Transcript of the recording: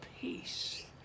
peace